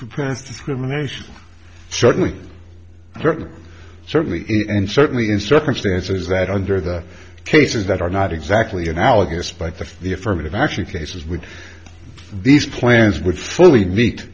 for press discrimination certainly certainly certainly and certainly in circumstances that under the cases that are not exactly analogous by the the affirmative action cases with these plans with fully meet